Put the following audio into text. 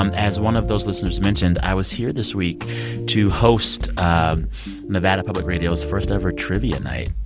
um as one of those listeners mentioned, i was here this week to host um nevada public radio's first ever trivia night.